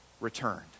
returned